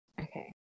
Okay